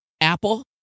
Apple